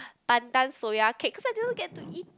pandan soya cake cause I didn't get to eat